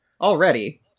already